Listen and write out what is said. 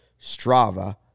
Strava